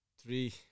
three